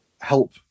help